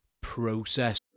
process